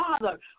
Father